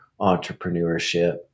entrepreneurship